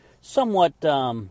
somewhat